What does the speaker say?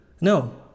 no